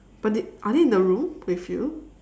but they are they in the room with you